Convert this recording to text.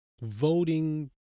voting